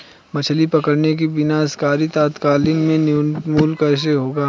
मछली पकड़ने की विनाशकारी तकनीक का उन्मूलन कैसे होगा?